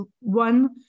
one